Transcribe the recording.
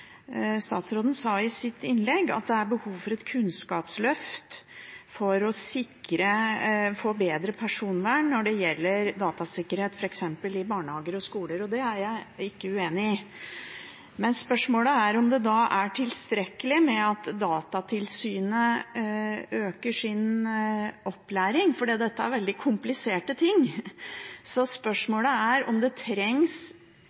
statsråden sa i sitt innlegg, at det er behov for et kunnskapsløft for å få bedre personvern når det gjelder datasikkerhet, f.eks. i barnehager og skoler. Det er jeg ikke uenig i. Men spørsmålet er om det er tilstrekkelig at Datatilsynet øker sin opplæring, for dette er veldig kompliserte ting. Så